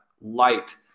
light